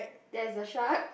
there is a shark